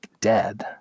dead